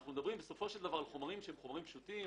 אנחנו מדברים על חומרים שהם חומרים פשוטים,